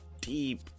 deep